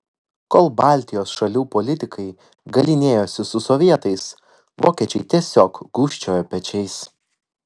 kol baltijos šalių politikai galynėjosi su sovietais vokiečiai tiesiog gūžčiojo pečiais